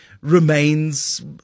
remains